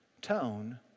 Tone